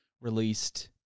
released